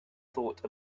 thought